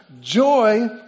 Joy